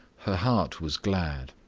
her heart was glad.